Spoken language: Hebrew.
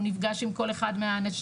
הוא נפגש עם כל אחד מהאנשים,